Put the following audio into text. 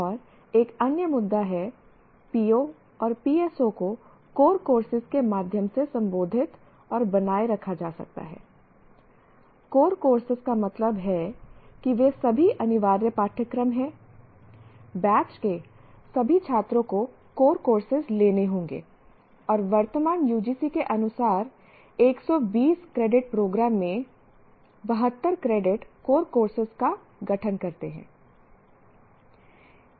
और एक अन्य मुद्दा है POs और PSOs को कोर कोर्सेज के माध्यम से संबोधित और बनाए रखा जा सकता है कोर कोर्सेज का मतलब है कि वे सभी अनिवार्य पाठ्यक्रम हैं बैच के सभी छात्रों को कोर कोर्सेज लेने होंगे और वर्तमान UGC के अनुसार 120 क्रेडिट प्रोग्राम में 72 क्रेडिट कोर कोर्सेज का गठन करते हैं